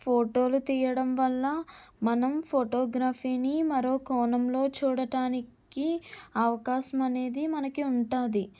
ఫోటోలు తీయడం వల్ల మనం ఫోటోగ్రఫీని మరో కోణంలో చూడటానికి అవకాశం అనేది మనకి ఉంటుంది